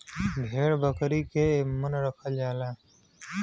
भेड़ बकरी के एमन रखल जाला